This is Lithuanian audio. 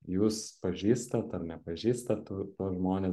jūs pažįstat ar nepažįstat tų žmonės